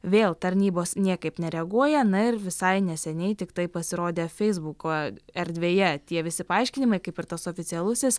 vėl tarnybos niekaip nereaguoja na ir visai neseniai tiktai pasirodė feisbuko erdvėje tie visi paaiškinimai kaip ir tas oficialusis